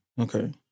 Okay